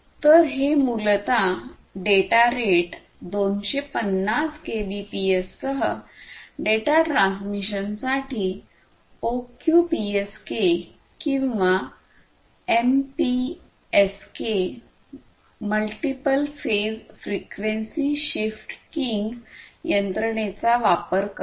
तर हे मूलतः डेटा रेट 250 केबीपीएससह डेटा ट्रान्समिशनसाठी ओ क्यूपीएसके किंवा MPSK multiple phase frequency shift keying यंत्रणेचा वापर करते